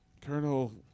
Colonel